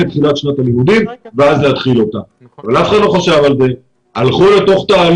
תחילת שנת הלימודים ואז להתחיל אותה אבל אף אחד לא חשב על זה והלכו לתהליך.